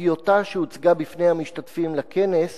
הטיוטה שהוצגה בפני המשתתפים לכנס